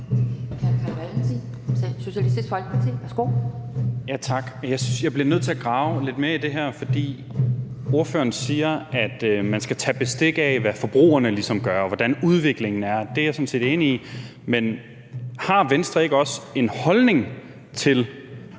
Jeg bliver nødt til at grave lidt mere i det her, for ordføreren siger, at man skal tage bestik af, hvad forbrugerne ligesom gør, og hvordan udviklingen er. Og det er jeg sådan set enig i. Men har Venstre ikke også en holdning til,